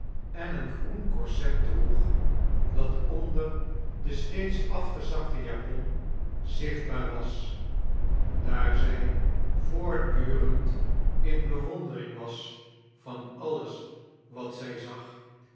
en een g roen corset droeg dat onder de steeds afgezakte japon zdchtfoaair was daar zij yoortd-uremd in bewondering was van allies wat zij zag